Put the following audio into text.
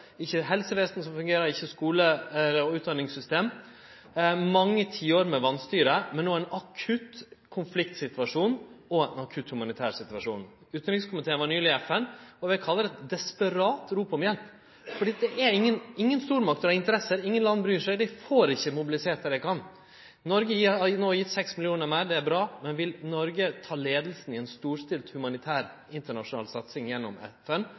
ikkje helsevesen som fungerer, ikkje skule- og utdanningssystem. Dei har hatt mange tiår med vanstyre, men er no i ein akutt konfliktsituasjon og ein akutt humanitær situasjon. Utanrikskomiteen var nyleg i FN, og eg vil kalle det eit desperat rop om hjelp, for det er ingen stormakter som har interesser, ingen land som bryr seg, og dei får ikkje mobilisert det dei kan. Noreg har no gjeve 6 mill. kr meir. Det er bra. Men vil Noreg ta leiinga i